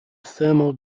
thermal